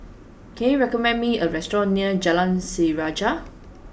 can you recommend me a restaurant near Jalan Sejarah